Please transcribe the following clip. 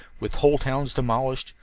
with whole towns demolished,